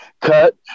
cut